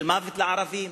מוות לערבים.